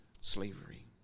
slavery